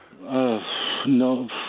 No